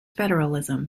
federalism